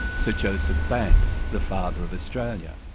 so joseph banks the father of australia,